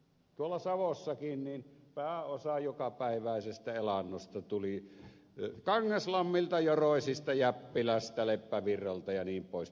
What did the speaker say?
tuolla savossakin pääosa jokapäiväisestä elannosta tuli kangaslammilta joroisista jäppilästä leppävirralta jnp